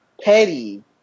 petty